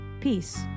Peace